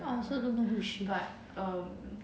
ya I also don't know who is she